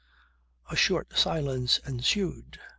a short silence ensued.